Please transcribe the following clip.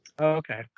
Okay